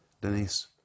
Denise